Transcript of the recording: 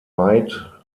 veit